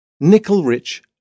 nickel-rich